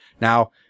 Now